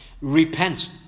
repent